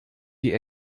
die